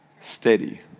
steady